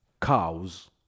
cows